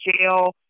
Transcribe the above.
jail